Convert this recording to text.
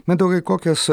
mindaugai kokios